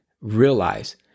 realize